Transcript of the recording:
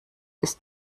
ist